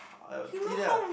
uh I'll eat that ah